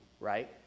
Right